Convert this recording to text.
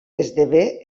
esdevé